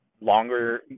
longer